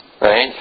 Right